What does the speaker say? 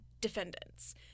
defendants